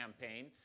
Campaign